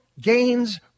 gains